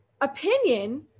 opinion